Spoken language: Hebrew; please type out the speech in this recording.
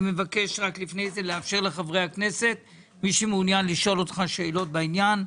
אני מבקש לאפשר לחברי הכנסת לשאול שאלות בעניין.